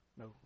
No